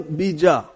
bija